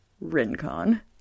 Rincon